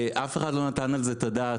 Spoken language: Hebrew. אף אחד לא נתן על זה את הדעת.